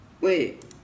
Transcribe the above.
wait